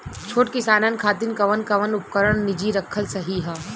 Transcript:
छोट किसानन खातिन कवन कवन उपकरण निजी रखल सही ह?